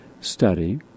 study